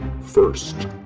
First